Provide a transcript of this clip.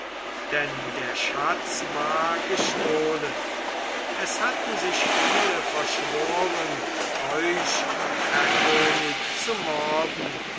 denn der schatz war gestohlen es hatten sich viele verschworen euch herr könig zu morden